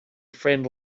friend